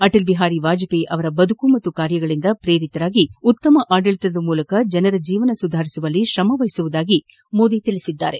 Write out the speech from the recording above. ಅಟಲ್ ಬಿಹಾರಿ ವಾಜಪೇಯಿ ಅವರ ಬದುಕು ಮತ್ತು ಕಾರ್ಯಗಳಿಂದ ಪ್ರೇರಿತರಾಗಿ ಉತ್ತಮ ಅಡಳಿತದ ಮೂಲಕ ಜನರ ಜೀವನ ಸುಧಾರಿಸುವಲ್ಲಿ ಶ್ರಮವಹಿಸುವುದಾಗಿ ಮೋದಿ ತಿಳಿಸಿದ್ದಾರೆ